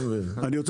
אני לא מבין.